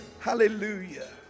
Hallelujah